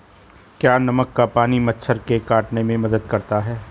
क्या नमक का पानी मच्छर के काटने में मदद करता है?